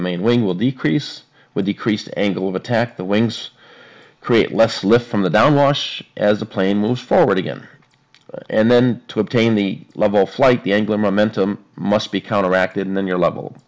the main wing will decrease with decreased angle of attack the wings create less lift from the downwash as the plane moves forward again and then to obtain the level flight the angler momentum must be counteracted and then your level